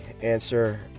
answer